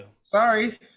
sorry